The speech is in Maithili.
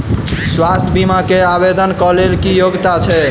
स्वास्थ्य बीमा केँ आवेदन कऽ लेल की योग्यता छै?